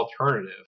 alternative